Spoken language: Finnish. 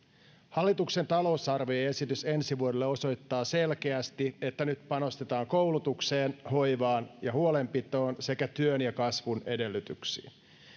hallituksen talousarvioesitys ensi vuodelle osoittaa selkeästi että nyt panostetaan koulutukseen hoivaan ja huolenpitoon sekä työn ja kasvun edellytyksiin